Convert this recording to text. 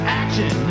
action